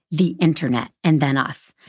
the internet, and then us.